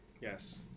yes